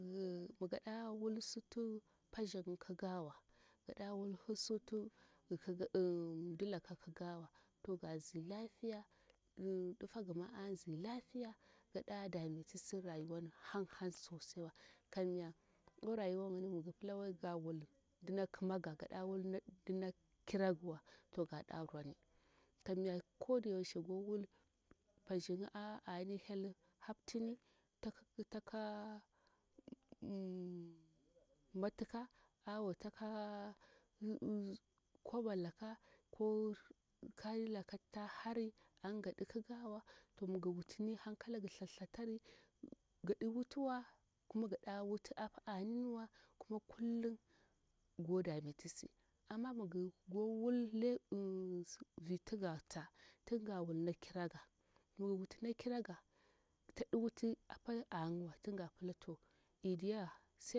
Migaɗawul sutu pashir nyi kawa gaɗa wulhu sutu mdilaka kikawa to gan zin lafiya hm ɗutagima anzi lafiya gaɗa dametisi rayuwan har han sosaiwa kamya orayuwa yini migi pila wai ga wul mdina kimaga gada wul mdina kiragiwa to ga ɗa bwoni kamya koda yaushe go wul bashirnya a ani hel kihaptini taka em matuka awo taka koba laka ko karilaka titahari anyi ga ikikawa to migi wutuni hankalagi thath thatari ga'iwutuwa kuma ga dawutu apa aninwa kuma kullum go dametisi ama migi gowul viti gata tin ga wul na kiraga migi wutu nakiraga ta iwutu apa tunga pila to idiya sai.